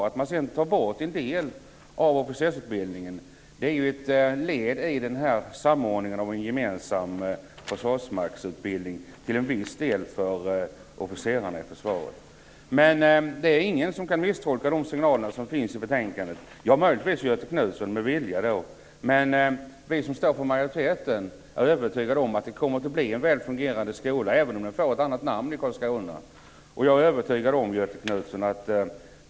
Att man sedan tar bort en del av officersutbildningen är ju ett led i samordningen till en till viss del gemensam försvarsmaktsutbildning för officerarna i försvaret. Men det är ingen som kan misstolka de signaler som ges i betänkandet, utom möjligtvis Göthe Knutson och han gör det i så fall med vilja. Vi som står för majoriteten är övertygade om att det kommer att bli en väl fungerande skola i Karlskrona, även om den får ett annat namn.